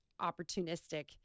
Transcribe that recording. opportunistic